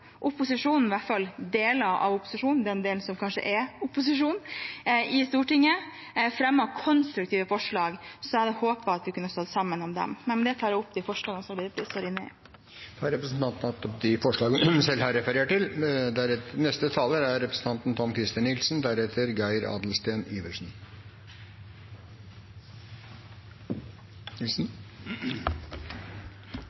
opposisjonen – i hvert fall deler av opposisjonen, den delen som kanskje er opposisjonen i Stortinget – fremmet konstruktive forslag. Jeg hadde håpet at vi kunne stått sammen om dem. Med det tar jeg opp de forslagene Arbeiderpartiet står inne i. Da har representanten Cecilie Myrseth tatt opp de forslagene hun refererte til. Jeg kan i stor grad slutte meg til